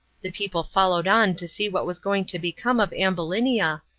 the people followed on to see what was going to become of ambulinia,